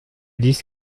disent